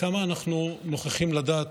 וכמה אנחנו נוכחים לדעת,